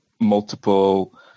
multiple